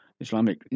Islamic